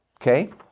Okay